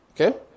okay